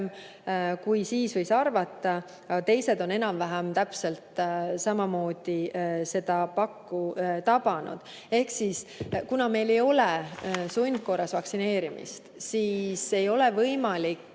kui siis võis arvata. Teised on enam-vähem samamoodi seda pakku tabanud. Ehk kuna meil ei ole sundkorras vaktsineerimist, siis ei ole võimalik